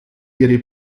ihre